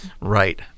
Right